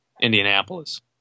Indianapolis